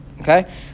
Okay